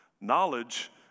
Knowledge